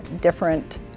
different